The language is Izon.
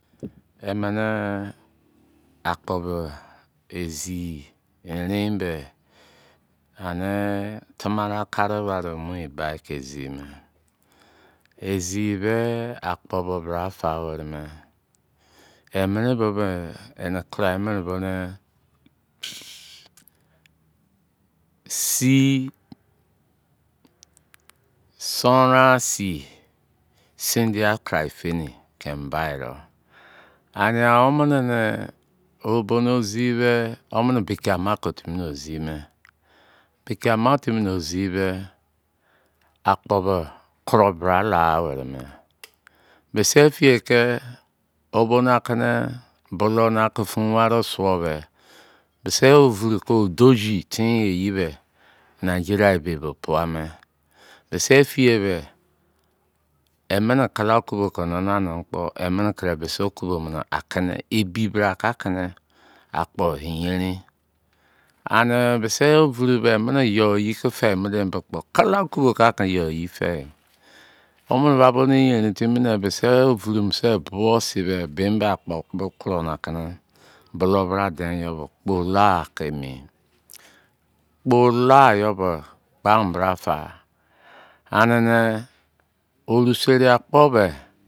Emene akpo bo esi erein be ane tamara kare ware emu gba ke ezi me ezime akp bo maal fa were me emene bo me ene kurai bo ne ci-son-ran-ci-sondia kruai foni ke em bido amer omene ne o bonu zime omene beke ama ko timi ozime beke ama timine ozime be akpo be kue mira la were mo mise ifieke o bo na ke ne bolou na ko fun ware o suo be mise ovuru ke odoji ten ye ezibe nigeria ebe bo pai-me mise efie me emene kala okubo ke nana ne kpo emene kere mise okubo a kene ebibra ka ke ne akpo yerin ane mise ovuru me emene yo iye kefe bo kpo kala okubo ka yo iyefe omene ba bo yerin timi ne mise ovuru mise bo sin ben ba akpo akpo kruna ke ne bolou bra den yo kpola ke emi kpola yo be ana mira fa ane ne oru seri akpo be